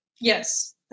Yes